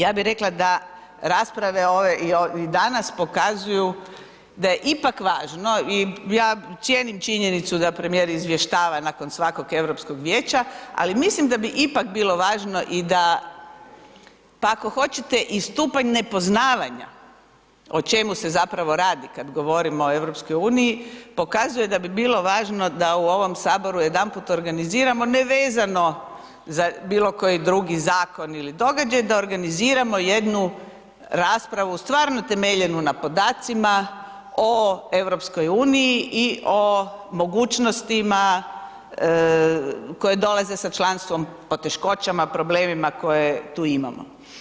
Ja bi rekla da rasprave i danas pokazuju da je ipak važno i ja cijenim činjenicu da premijer izvještava nakon svakog Europskog vijeća ali mislim da bi ipak bilo važno i da pa ako hoćete i stupanj nepoznavanja o čemu se zapravo radi kad govorimo o EU-u, pokazuje da bi bilo važno da u ovom Saboru jedanput organiziramo nevezano za bilokoji drugi zakon ili događaj, da organiziramo jednu raspravu, stvarno utemeljenu na podacima, o EU-u i o mogućnostima koje dolaze sa članstvom, poteškoćama, problemima koje tu imamo.